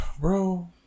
Bro